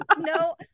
No